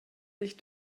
sich